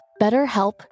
BetterHelp